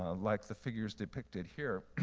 ah like the figures depicted here,